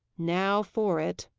now for it!